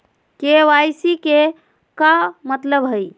KYC के का मतलब हई?